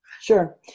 Sure